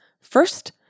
First